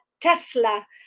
Tesla